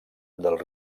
del